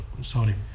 sorry